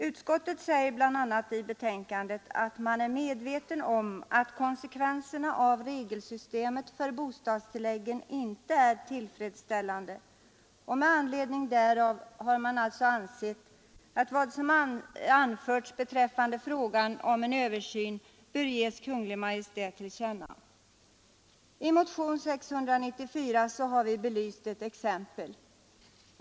Utskottet säger bl.a. i betänkandet att man är medveten om att konsekvenserna av regelsystemet för bostadstilläggen inte är tillfredsställande, och med anledning därav har man ansett att vad som anförts beträffande frågan om en översyn bör ges Kungl. Maj:t till känna. I motionen 694 har vi belyst ett exempel.